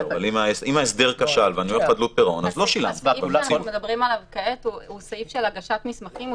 הסעיף שעליו אנחנו מדברים כעת הוא סעיף טכני של הגשת מסמכים.